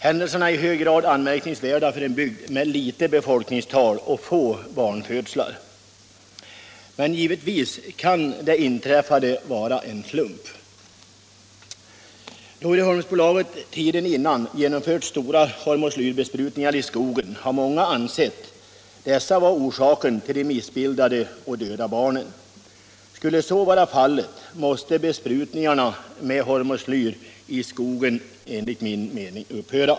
Händelserna är i hög grad anmärkningsvärda för en bygd med ett lågt befolkningstal och få födslar. Givetvis kan det inträffade bero på en slump. Då Uddeholmsbolaget tiden före det inträffade hade genomfört stora hormoslyrbesprutningar i skogen, har många ansett dessa vara orsaken till att barn fötts missbildade eller döda. Skulle så vara fallet måste besprutningarna med hormoslyr i skogen upphöra.